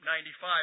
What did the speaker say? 95